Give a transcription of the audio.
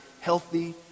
healthy